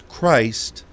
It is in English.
Christ